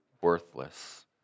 worthless